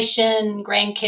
grandkids